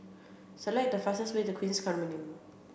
select the fastest way to Queens Condominium